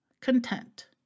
content